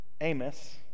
amos